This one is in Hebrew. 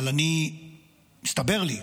אבל מסתבר לי,